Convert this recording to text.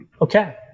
Okay